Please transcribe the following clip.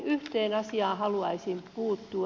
yhteen asiaan haluaisin puuttua